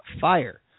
fire